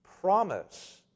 promise